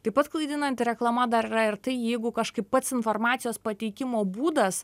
taip pat klaidinanti reklama dar yra ir tai jeigu kažkaip pats informacijos pateikimo būdas